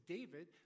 David